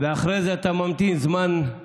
ואחרי זה אתה ממתין זמן, נצח,